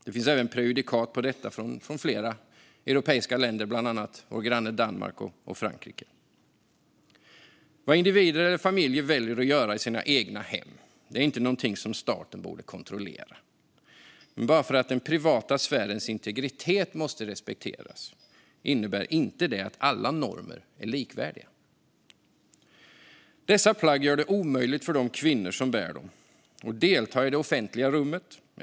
Det finns även prejudikat på detta från flera europeiska länder, bland annat vår granne Danmark och Frankrike. Vad individer eller familjer väljer att göra i sina egna hem är inte någonting som staten borde kontrollera. Men bara för att den privata sfärens integritet måste respekteras innebär inte det att alla normer är likvärdiga. Dessa plagg gör det omöjligt för de kvinnor som bär dem att delta i det offentliga rummet.